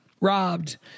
Robbed